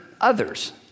others